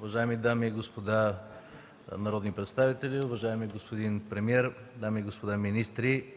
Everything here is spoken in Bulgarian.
уважаеми дами и господа народни представители, уважаеми господин премиер, дами и господа министри!